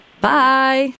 Bye